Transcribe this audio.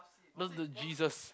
no the Jesus